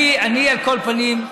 אני, על כל פנים,